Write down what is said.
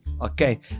Okay